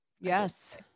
Yes